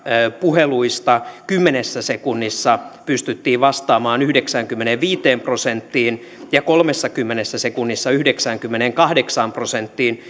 puheluista kymmenessä sekunnissa pystyttiin vastaamaan yhdeksäänkymmeneenviiteen prosenttiin ja kolmessakymmenessä sekunnissa yhdeksäänkymmeneenkahdeksaan prosenttiin